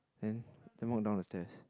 then then walk down the stairs